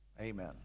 Amen